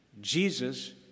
Jesus